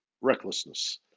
recklessness